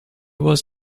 was